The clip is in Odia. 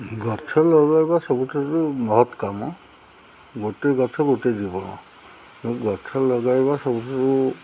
ଗଛ ଲଗାଇବା ସବୁଠାରୁ ମହତ କାମ ଗୋଟେ ଗଛ ଗୋଟେ ଜୀବନ ଗଛ ଲଗାଇବା ସବୁଠାରୁ